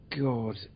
god